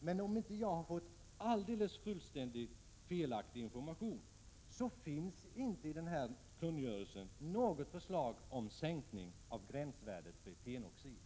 Om jag nu inte har fått en helt felaktig information, finns det tydligen inte något förslag i den här kungörelsen om en sänkning av gränsvärdena för etenoxid.